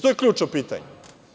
To je ključno pitanje.